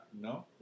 No